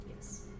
Yes